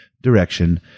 direction